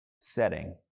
setting